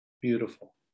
Beautiful